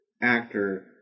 actor